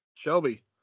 Shelby